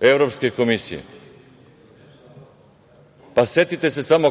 Evropske komisije? Setite se samo